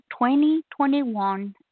2021